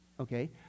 okay